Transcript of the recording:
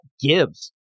gives